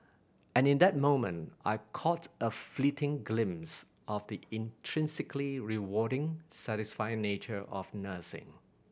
and in that moment I caught a fleeting glimpse of the intrinsically rewarding satisfying nature of nursing